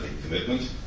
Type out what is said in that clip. commitment